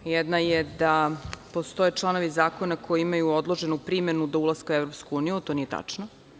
Jedna je da postoje članovi zakona koji imaju odloženu primenu do ulaska u EU, to nije tačno.